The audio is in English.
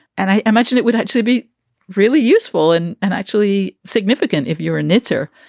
and i imagine it would actually be really useful and and actually significant if you were a knitter.